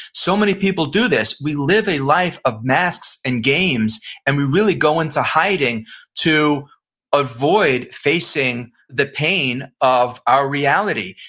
so many people do this, we live a life of masks and games, and we really go into hiding to avoid facing the pain of our reality.